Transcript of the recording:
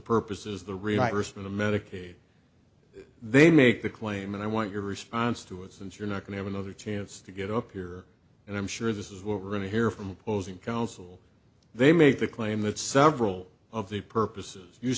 for the medicaid they make the claim and i want your response to it since you're not going to another chance to get up here and i'm sure this is what we're going to hear from opposing counsel they make the claim that several of the purposes you